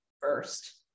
first